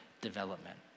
development